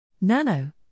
Nano